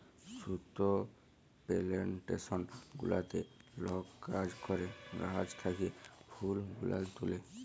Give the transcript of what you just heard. সুতা পেলেনটেসন গুলাতে লক কাজ ক্যরে গাহাচ থ্যাকে ফুল গুলান তুলে